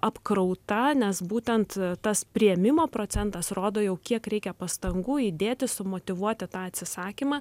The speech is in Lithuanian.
apkrauta nes būtent tas priėmimo procentas rodo jau kiek reikia pastangų įdėti sumotyvuoti tą atsisakymą